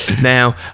Now